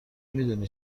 میدونی